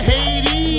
Haiti